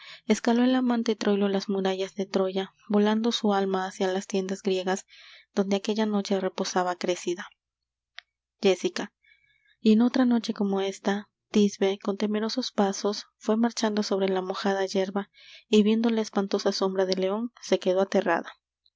escaló el amante troilo las murallas de troya volando su alma hácia las tiendas griegas donde aquella noche reposaba créssida jéssica y en otra noche como esta tisbe con temerosos pasos fué marchando sobre la mojada yerba y viendo la espantosa sombra del leon se quedó aterrada